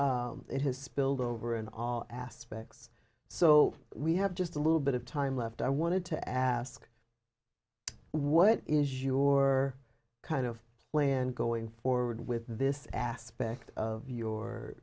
genders it has spilled over in all aspects so we have just a little bit of time left i wanted to ask what is your kind of land going forward with this aspect of your